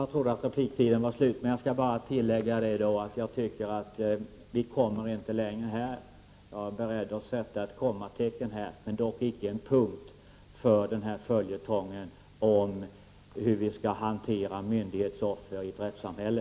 Herr talman! Jag skall bara tillägga att jag tycker att vi inte kommer längre här. Jag är beredd att sätta ett kommatecken här, dock icke en punkt, för denna följetong om hur vi skall hantera myndighetsoffer i ett rättssamhälle.